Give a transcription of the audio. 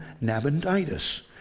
Nabonidus